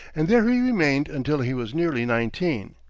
and there he remained until he was nearly nineteen.